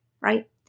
right